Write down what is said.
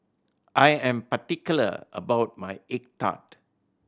I am particular about my egg tart